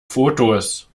fotos